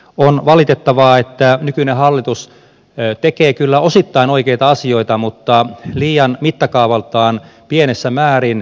on valitettavaa että nykyinen hallitus tekee kyllä osittain oikeita asioita mutta mittakaavaltaan liian pienessä määrin